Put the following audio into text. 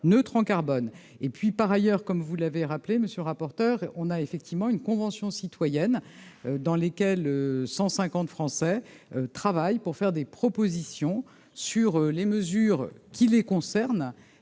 et puis par ailleurs, comme vous l'avez rappelé monsieur le rapporteur, on a effectivement une Convention citoyenne dans lesquelles 150 Français travaillent pour faire des propositions sur les mesures qui les concerne,